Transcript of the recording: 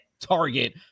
target